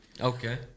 Okay